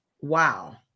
Wow